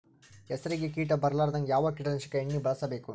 ಹೆಸರಿಗಿ ಕೀಟ ಬರಲಾರದಂಗ ಯಾವ ಕೀಟನಾಶಕ ಎಣ್ಣಿಬಳಸಬೇಕು?